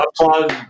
applause